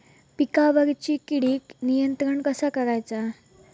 पिकावरची किडीक नियंत्रण कसा करायचा?